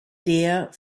der